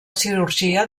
cirurgia